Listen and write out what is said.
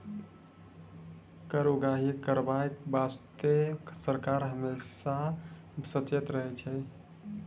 कर उगाही करबाय बासतें सरकार हमेसा सचेत रहै छै